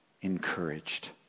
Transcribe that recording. encouraged